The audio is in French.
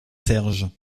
serge